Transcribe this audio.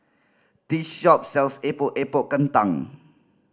this shop sells Epok Epok Kentang